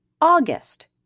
August